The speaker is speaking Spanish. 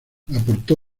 aportó